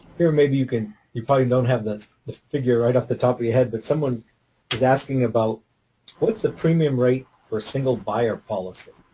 here maybe you can you probably don't have the the figure right off the top of your head. but someone was asking about what is the premium rate for a single buyer policy.